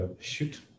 shoot